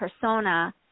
persona